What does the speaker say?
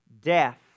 death